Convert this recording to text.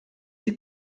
sie